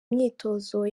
myitozo